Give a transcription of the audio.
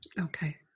Okay